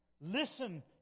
Listen